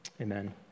Amen